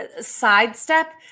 sidestep